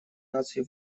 наций